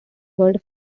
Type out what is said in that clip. word